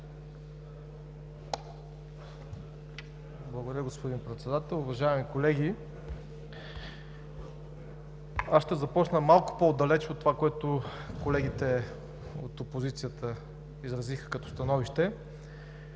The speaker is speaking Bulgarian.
Благодаря, господин Председател. Уважаеми колеги, ще започна малко по-отдалече от това, което колегите от опозицията изразиха като становище.